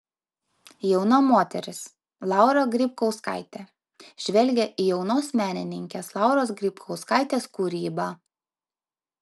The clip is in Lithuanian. jauna moteris laura grybkauskaitė žvelgia į jaunos menininkės lauros grybkauskaitės kūrybą